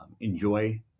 enjoy